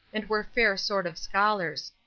and were fair sort of scholars.